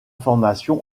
formation